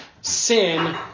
sin